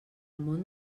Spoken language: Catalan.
món